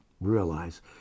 realize